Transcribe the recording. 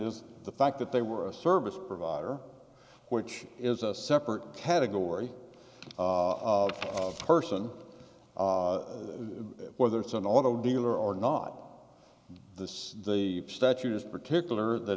is the fact that they were a service provider which is a separate category of person whether it's an auto dealer or not this is the statute is particular that